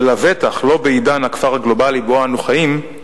ולבטח לא בעידן הכפר הגלובלי שבו אנו חיים,